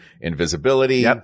invisibility